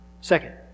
Second